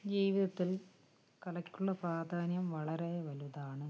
ജീവിതത്തിൽ കലക്കുള്ള പ്രാധാന്യം വളരെ വലുതാണ്